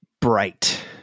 bright